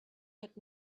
had